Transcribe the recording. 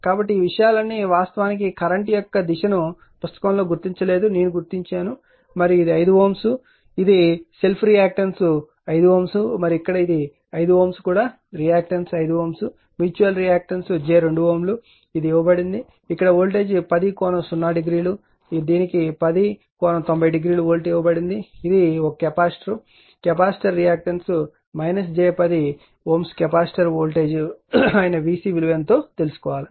కాబట్టి ఈ విషయాలన్నీ వాస్తవానికి కరెంట్ యొక్క దిశను పుస్తకంలో గుర్తించలేదు నేను గుర్తించాను మరియు ఇది 5 Ω అని పరిగణించండి మరియు సెల్ఫ్ రియాక్టన్స్ కూడా 5 Ω మరియు ఇక్కడ 5 Ω ఇక్కడ కూడారియాక్టన్స్ 5 Ω మ్యూచువల్ రియాక్టన్స్ j 2 Ω ఇది ఇవ్వబడింది మరియు ఇక్కడ వోల్టేజ్ 10 ∠00 ఇవ్వబడుతుంది ఇక్కడ దీనికి 10 ∠900 వోల్ట్ ఇవ్వబడుతుంది ఇది ఒక capacitor capacitor reactance j 10Ω capacitor voltage అయిన VC విలువ ఎంతో తెలుసుకోవాలి